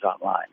online